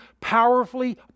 powerfully